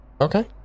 Okay